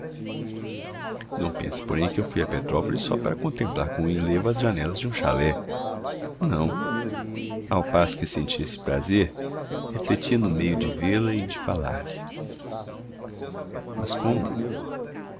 não pense porém que eu fui a petrópolis só para contemplar com enlevo as janelas de um chalé não ao passo que sentia esse prazer refletia no meio de vê-la e falar-lhe mas como